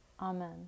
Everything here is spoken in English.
Amen